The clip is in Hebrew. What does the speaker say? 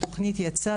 התוכנית יצאה,